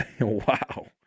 Wow